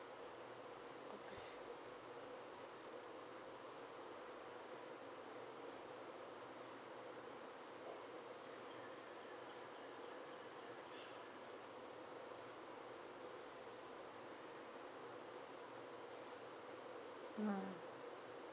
mm